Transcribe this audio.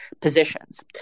positions